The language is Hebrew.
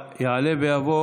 יעלה ויבוא